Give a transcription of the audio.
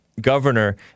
governor